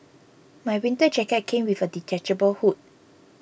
my winter jacket came with a detachable hood